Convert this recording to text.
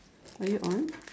are you on